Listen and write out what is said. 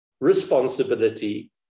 responsibility